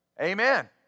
Amen